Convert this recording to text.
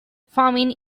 famine